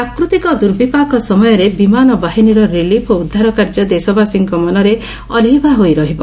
ପ୍ରାକୃତିକ ଦୂର୍ବିପାକ ସମୟରେ ବିମାନ ବାହିନୀର ରିଲିଫ୍ ଓ ଉଦ୍ଧାର କାର୍ଯ୍ୟ ଦେଶବାସୀଙ୍କ ମନରେ ଅଲିଭା ହୋଇ ରହିବ